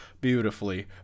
beautifully